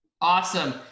Awesome